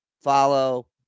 Follow